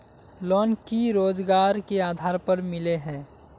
Loan की रोजगार के आधार पर मिले है?